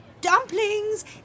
dumplings